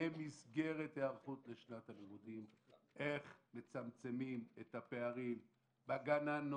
במסגרת היערכות לשנת הלימודים - איך מצמצמים את הפערים בגננות,